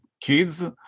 kids